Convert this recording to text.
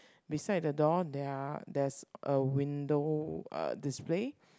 beside the door there're there's a window uh display